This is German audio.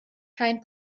kein